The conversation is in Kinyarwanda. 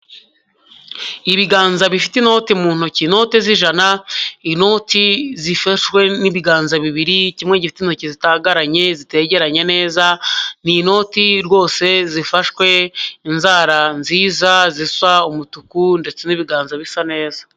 Ibiganza bifite inoti mu ntoki inote z'ijana, inoti zifashwe n'ibiganza bibiri, kimwe gifite intoki zitagaranye zitegeranye neza, ni inoti rwose zifashwe, inzara nziza zisa umutuku ndetse n'ibiganza bisa neza.